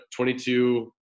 22